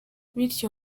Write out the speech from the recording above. bityo